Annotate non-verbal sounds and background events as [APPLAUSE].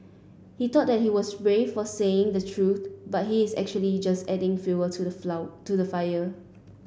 he thought that he was brave for saying the truth but he is actually just adding fuel to the [UNINTELLIGIBLE] to the fire